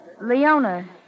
Leona